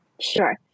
Sure